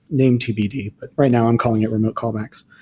named tbd. but right now i'm calling it remote callbacks.